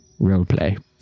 Roleplay